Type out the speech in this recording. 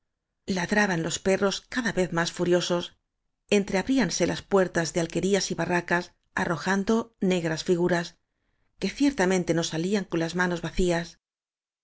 ladraban los perros cada vez más furiosos entreabríanse las puertas de alquerías y barracas arrojando ne gras figuras que ciertamente no salían con las manos vacías